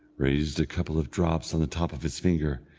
raised a couple of drops on the top of his finger,